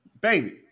Baby